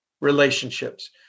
relationships